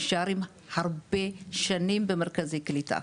נשארים הרבה שנים במרכזי קליטה.